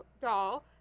doll